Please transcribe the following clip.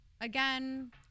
again